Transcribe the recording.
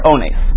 Ones